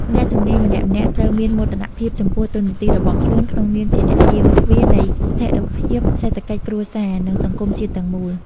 អ្នកជំនាញម្នាក់ៗត្រូវមានមោទនភាពចំពោះតួនាទីរបស់ខ្លួន ក្នុងនាមជាអ្នកយាមទ្វារនៃស្ថិរភាពសេដ្ឋកិច្ចគ្រួសារ និងសង្គមជាតិទាំងមូល។